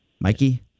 Mikey